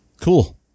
Cool